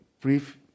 brief